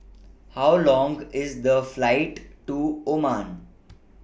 How Long IS The Flight to Oman